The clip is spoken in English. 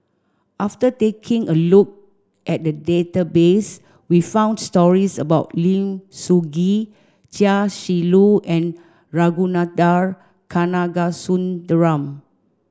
after taking a look at the database we found stories about Lim Soo Ngee Chia Shi Lu and Ragunathar Kanagasuntheram